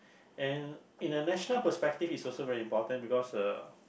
and in a national perspective it's also very important because uh